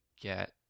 get